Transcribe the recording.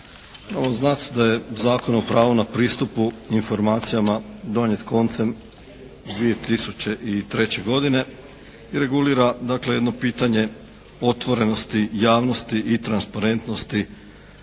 Moramo znati da je Zakon o pravu na pristup informacijama donijet koncem 2003. godine i regulira dakle jedno pitanje otvorenosti javnosti i transparentnosti